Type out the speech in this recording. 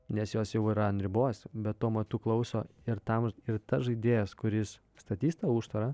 nes jos jau yra ribos bet tuo metu klauso ir tam ir tas žaidėjas kuris statys tą užtvarą